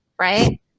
right